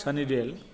सानी देवोल